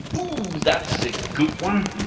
ooh, that's a good one!